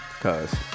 Cause